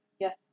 Yes